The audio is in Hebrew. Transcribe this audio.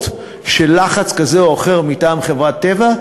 של לחץ כזה או אחר מטעם חברת "טבע",